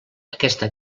aquesta